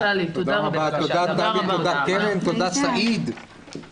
הישיבה ננעלה בשעה 11:50.